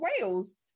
Wales